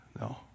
No